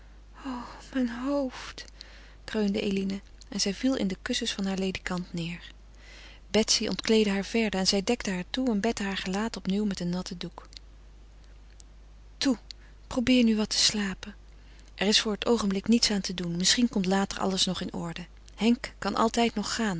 mijn hoofd kreunde eline en zij viel in de kussens van haar ledikant neêr betsy ontkleedde haar verder en zij dekte haar toe en bette haar gelaat opnieuw met een natten doek toe probeer nu wat te slapen er is voor het oogenblik niets aan te doen misschien komt later alles nog in orde henk kan altijd nog gaan